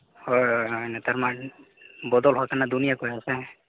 ᱦᱳᱭ ᱦᱳᱭ ᱱᱮᱛᱟᱨ ᱢᱟ ᱵᱚᱫᱚᱞ ᱠᱟᱱᱟ ᱫᱩᱱᱭᱟᱹ ᱠᱚ ᱥᱮ